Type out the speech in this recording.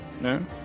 no